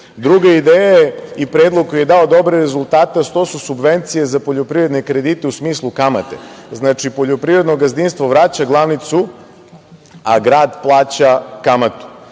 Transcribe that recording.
ideja i predlog koji je dao dobre rezultate, to su subvencije za poljoprivredne kredite u smislu kamate. Znači, poljoprivredno gazdinstvo vraća glavnicu, a grad plaća kamatu.